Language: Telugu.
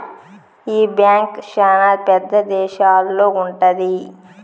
ఈ బ్యాంక్ శ్యానా పెద్ద దేశాల్లో ఉంటది